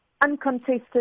Uncontested